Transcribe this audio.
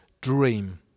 dream